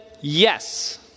yes